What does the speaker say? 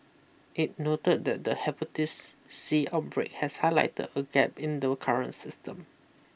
it noted that the hepatitis C outbreak has highlighted a gap in the current system